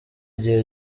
gihe